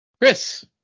Chris